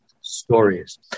stories